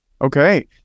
Okay